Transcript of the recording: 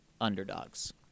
underdogs